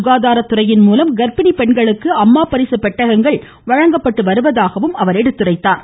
சுகாதாரத்துறையின் மூலம் கர்ப்பிணி பெண்களுக்கு அம்மா பரிசு பெட்டகங்கள் வழங்கப்பட்டு வருவதாகவும் கூறினார்